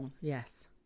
Yes